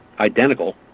identical